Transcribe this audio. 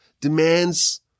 demands